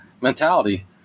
mentality